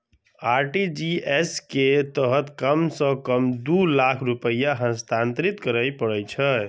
RTGS के तहत कम सं कम दू लाख रुपैया हस्तांतरित करय पड़ै छै